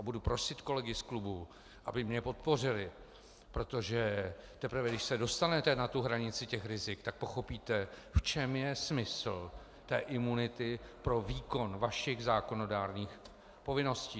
Budu prosit kolegy z klubu, aby mě podpořili, protože teprve když se dostanete na tu hranici rizik, tak pochopíte, v čem je smysl imunity pro výkon vašich zákonodárných povinností.